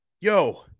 Yo